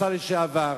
השר לשעבר.